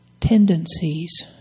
tendencies